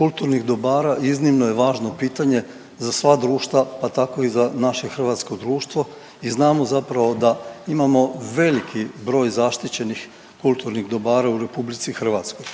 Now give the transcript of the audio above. kulturnih dobara iznimno je važno pitanje za sva društva pa tako i za naše hrvatsko društvo i znamo zapravo da imamo veliki broj zaštićenih kulturnih dobara u RH.